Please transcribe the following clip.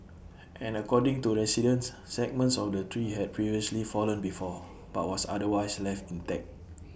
and according to residents segments of the tree had previously fallen before but was otherwise left intact